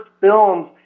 films